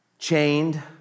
chained